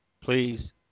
please